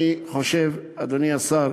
אני חושב, אדוני השר,